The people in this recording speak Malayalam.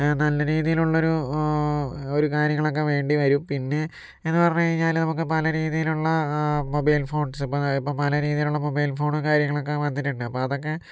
നല്ല രീതിയിലുള്ളൊരു ഒരു കാര്യങ്ങളൊക്കെ വേണ്ടിവരും പിന്നേയെന്ന് പറഞ്ഞ് കഴിഞ്ഞാൽ നമുക്ക് പല രീതിയിലുള്ള മൊബൈൽ ഫോൺസ് ഇപ്പോൾ ഇപ്പോൾ പല രീതിയിലുള്ള മൊബൈൽ ഫോണും കാര്യങ്ങളൊക്കെ വന്നിട്ടുണ്ട് അപ്പോൾ അതൊക്കെ